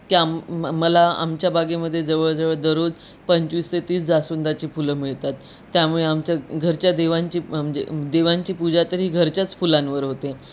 की आम मला आमच्या बागेमध्ये जवळ जवळ दररोज पंचवीस ते तीस जास्वंदाची फुलं मिळतात त्यामुळे आमच्या घरच्या देवांची म्हणजे देवांची पूजा तर ही घरच्याच फुलांवर होते